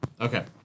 Okay